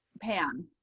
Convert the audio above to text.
pan